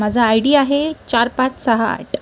माझा I D आहे चार पाच सहा आठ